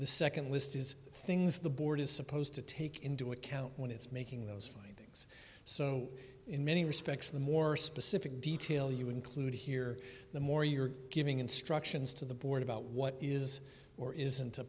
the second list is things the board is supposed to take into account when it's making those findings so in many respects the more specific detail you include here the more you're giving instructions to the board about what is or isn't